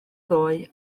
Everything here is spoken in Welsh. ddoe